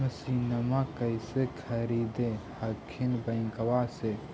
मसिनमा कैसे खरीदे हखिन बैंकबा से?